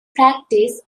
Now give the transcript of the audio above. practice